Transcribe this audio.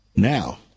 Now